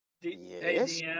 Yes